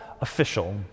official